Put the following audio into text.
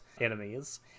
enemies